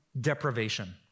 deprivation